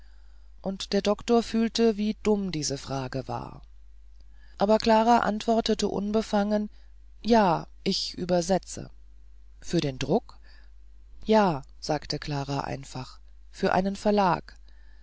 und der doktor fühlte wie dumm diese frage war aber klara antwortete unbefangen ja ich übersetze für den druck ja sagte klara einfach für einen verlag